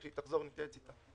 כשהיא תחזור, נתייעץ איתה.